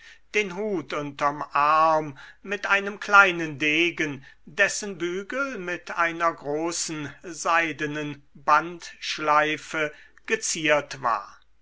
den hut unterm arm mit einem kleinen degen dessen bügel mit einer großen seidenen bandschleife geziert war